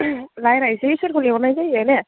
रायज्लायनोसै सोरखौ लिंहरनाय जायो ने